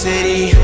City